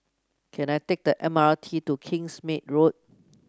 can I take the M R T to Kingsmead Road